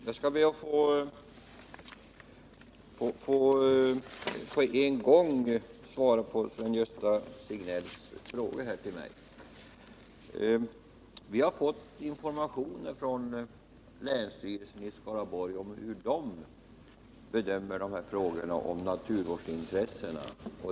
Herr talman! Jag skall be att på en gång få svara på Sven-Gösta Signells fråga till mig. Vi har fått information från länsstyrelsen i Skaraborgs län om hur den 136 bedömer naturvårdsintressena.